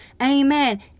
Amen